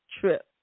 trip